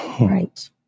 Right